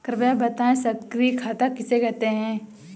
कृपया बताएँ सक्रिय खाता किसे कहते हैं?